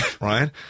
right